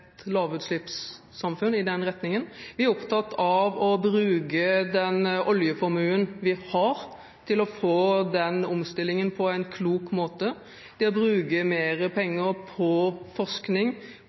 lavutslippssamfunn. Vi er opptatt av å bruke den oljeformuen vi har, til å få til den omstillingen på en klok måte – det å bruke